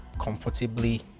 comfortably